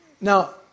Now